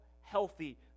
healthy